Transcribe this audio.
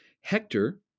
Hector